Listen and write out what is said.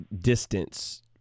distance